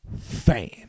fan